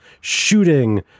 shooting